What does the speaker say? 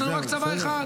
יש לנו רק צבא אחד.